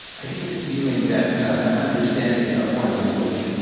i get this feeling that i'm understanding a foreign language.